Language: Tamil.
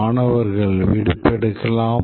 மாணவர்கள் விடுப்பு எடுக்கலாம்